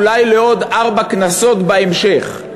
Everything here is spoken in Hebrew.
אולי לעוד ארבע כנסות בהמשך.